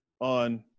on